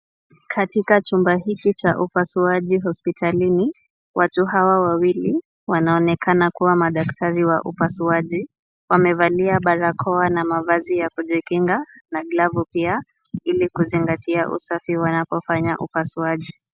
Katika chumba hiki cha upasuaji hospitalini watu hawa wawili wanaonekana kuwa madaktari wa upasuaji. Wamevalia barakoa na mavazi ya kujikinga na glavu pia ili kuzingatia usafi wanapofanya upasuaji.